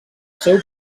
seu